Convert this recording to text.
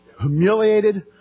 humiliated